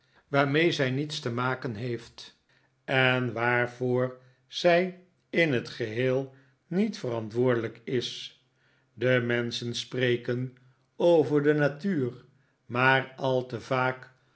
waarmee zij niets te maken heeft en waarvoor zij in t geheel niet verantwoordelijk is de menschen spreken over de natuur maar al te vaak